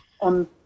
on